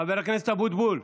חבר הכנסת אבוטבול,